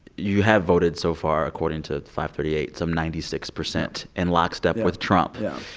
you have voted so far, according to fivethirtyeight, some ninety six percent in lockstep with trump yeah.